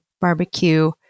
barbecue